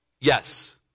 Yes